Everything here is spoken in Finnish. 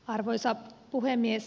arvoisa puhemies